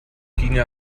ginge